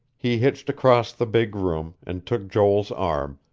he hitched across the big room, and took joel's arm,